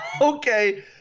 Okay